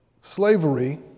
slavery